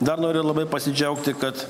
dar noriu labai pasidžiaugti kad